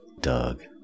Doug